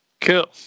Cool